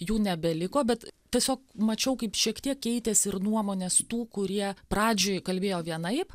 jų nebeliko bet tiesiog mačiau kaip šiek tiek keitėsi ir nuomonės tų kurie pradžioj kalbėjo vienaip